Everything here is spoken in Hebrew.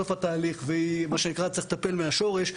בסוף התהליך ומה שנקרא צריך לטפל מהשורש.